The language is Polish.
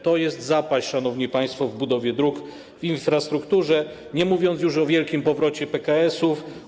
To jest zapaść, szanowni państwo, w budowie dróg, w infrastrukturze, nie mówiąc już o wielkim powrocie PKS-ów.